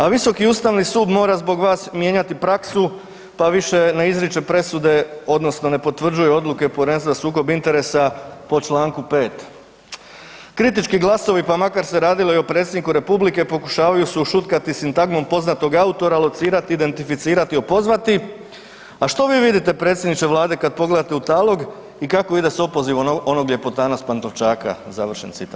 A visoki Ustavni sud mora zbog vas mijenjati praksu pa više ne izriče presude odnosno ne potvrđuje odluke Povjerenstva za sukob interesa po čl. 5. Kritički glasovi, pa makar se radili i o predsjedniku republike pokušavaju se ušutkati sintagmom poznatog autora, locirati, identificirati, opozvati, a što vi vidite, predsjedniče Vlade, kad pogledate u talog i kako ide s opozivom onog ljepotana s Pantovčaka, završen citat.